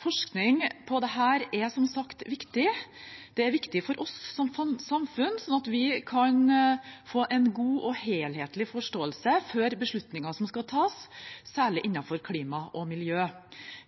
Forskning på dette er som sagt viktig. Det er viktig for oss som samfunn, sånn at vi kan få en god og helhetlig forståelse før beslutninger skal tas, særlig innenfor klima og miljø.